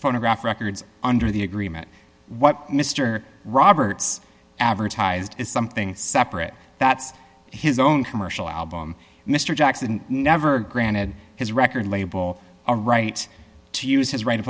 phonograph records under the agreement what mr roberts advertised as something separate that's his own commercial album mr jackson never granted his record label a right to use his right of